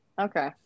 Okay